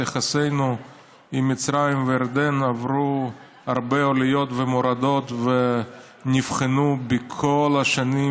יחסינו עם מצרים וירדן עברו הרבה עליות ומורדות ונבחנו כל השנים,